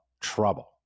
trouble